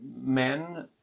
men